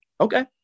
Okay